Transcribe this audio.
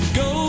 go